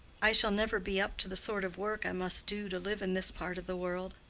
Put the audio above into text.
i shall never be up to the sort of work i must do to live in this part of the world.